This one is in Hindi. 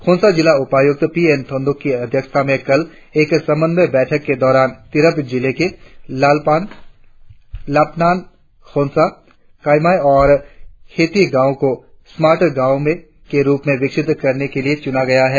खोनसा जिला उप आयुक्त पी एन थंगन की अध्यक्षता में कल एक समन्वय बैठक के दौरान तिराप जिले के लापनान खोनसा खैमाई और खेती गांवो को स्मार्ट गावों के रुप में विकसित करने के लिए चुना गया है